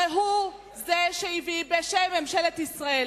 הרי הוא שהביא בשם ממשלת ישראל,